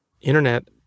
Internet